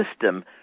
system